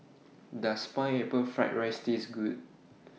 Does Pineapple Fried Rice Taste Good